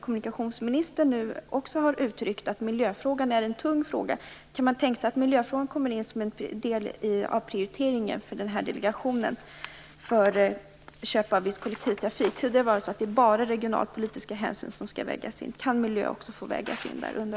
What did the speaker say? Kommunikationsministern har ju också uttryckt att miljöfrågan är en tung fråga. Kan man tänka sig att miljöfrågan kommer att vara en prioriterad fråga för den här delegationen när det gäller köp av viss kollektivtrafik? Tidigare var det bara regionalpolitiska hänsyn som skulle vägas in. Kan miljön också få vägas in där?